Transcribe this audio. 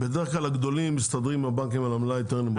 בדרך כלל הגדולים מסתדרים עם הבנקים על עמלה יותר נמוכה.